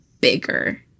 bigger